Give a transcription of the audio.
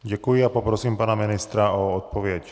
Děkuji a poprosím pana ministra o odpověď.